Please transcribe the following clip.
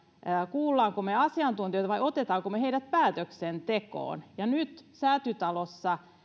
kuulemmeko me asiantuntijoita vai otammeko me heidät päätöksentekoon nyt säätytalossa